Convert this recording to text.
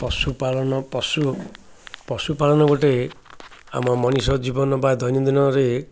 ପଶୁପାଳନ ପଶୁ ପଶୁପାଳନ ଗୋଟେ ଆମ ମଣିଷ ଜୀବନ ବା ଦୈନନ୍ଦିନରେ